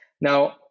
Now